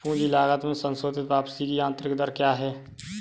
पूंजी लागत में संशोधित वापसी की आंतरिक दर क्या है?